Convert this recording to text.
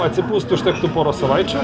atsipūst užtektų poros savaičių